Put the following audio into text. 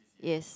yes